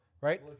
right